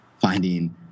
finding